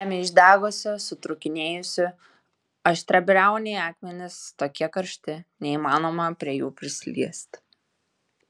žemė išdegusi sutrūkinėjusi aštriabriauniai akmenys tokie karšti neįmanoma prie jų prisiliesti